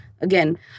again